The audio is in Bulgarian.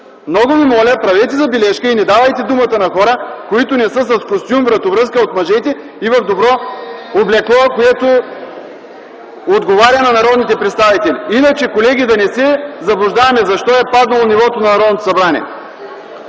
Много Ви моля, правете забележка и не давайте думата на хора, които не са с костюм и вратовръзка от мъжете (реплики: „Е е е!”, шум) и в добро облекло, което отговаря на народните представители. Иначе, колеги, да не се заблуждаваме защо е паднало нивото на Народното събрание.